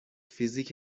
فیزیک